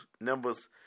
numbers